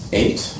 eight